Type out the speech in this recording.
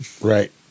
right